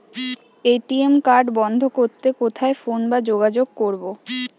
ATM card বন্ধ করতে কোথায় ফোন বা যোগাযোগ করব?